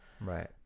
Right